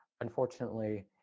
Unfortunately